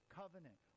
covenant